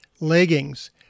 leggings